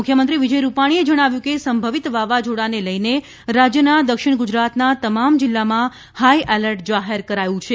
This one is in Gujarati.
મુખ્યમંત્રી વિજય રૂપાણીએ જણાવ્યું કે સંભવિત વાવાઝોડાને લઈને રાજ્યના દક્ષિણ ગુજરાતના તમામ જિલ્લામાં હાઇ એલર્ટ જાહેર કરાયું છે